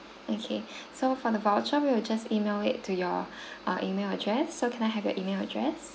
okay so for the voucher we'll just email it to your uh email address so can I have your email address